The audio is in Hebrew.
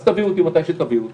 אז תביאו אותי מתי שתביאו אותי,